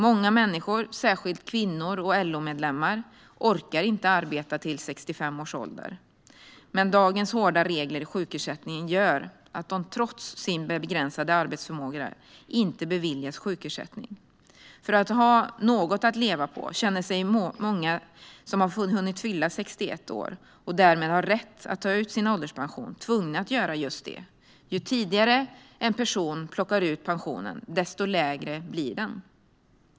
Många människor - särskilt kvinnor och LO-medlemmar - orkar inte arbeta till 65 års ålder, men dagens hårda regler i sjukersättningen gör att de, trots sin begränsade arbetsförmåga, inte beviljas sjukersättning. För att ha något att leva på känner sig många som har hunnit fylla 61 år, och som därmed har rätt att ta ut sin ålderspension, tvungna att göra just detta. Ju tidigare en person plockar ut pensionen desto lägre blir den.